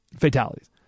fatalities